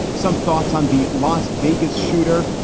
some thoughts on the las vegas shooter,